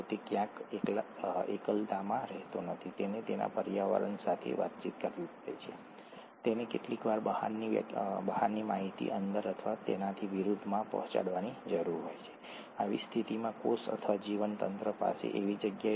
તો અહીંઆધાર આમાંનો એક પ્રકાર હોઈ શકે છે કાં તો સાઇટોસિન અથવા થાઇમાઇન અથવા યુરાસિલ અથવા એડેનિન અથવા ગુઆનિન ઠીક છે